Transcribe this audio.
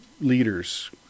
leaders